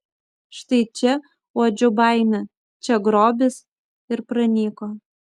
štai čia uodžiu baimę čia grobis ir pranyko